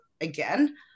again